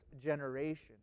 generation